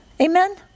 Amen